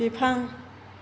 बिफां